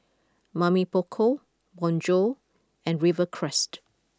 Mamy Poko Bonjour and Rivercrest